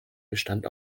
bestand